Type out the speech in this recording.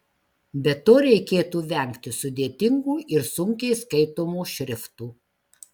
be to reikėtų vengti sudėtingų ir sunkiai skaitomų šriftų